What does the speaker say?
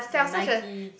your Nike